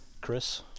Chris